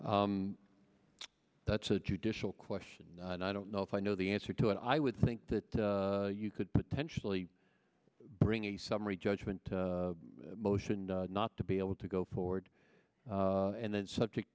fact that's a judicial question and i don't know if i know the answer to it i would think that you could potentially bring a summary judgment motion not to be able to go forward and then subject